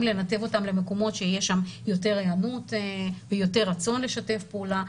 לנתב אותם למקומות שיש שם יותר היענות ויותר רצון לשתף פעולה.